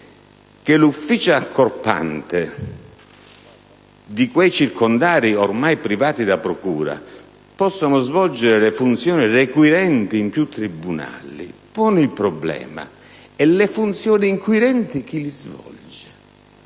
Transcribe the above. che l'ufficio accorpante di quei circondari ormai privati da procura possa svolgere le funzioni requirenti in più tribunali pone il problema di chi svolge le funzioni inquirenti; infatti,